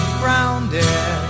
grounded